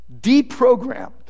Deprogrammed